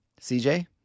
CJ